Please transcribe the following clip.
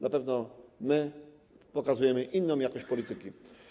Na pewno my pokazujemy inną jakość polityki.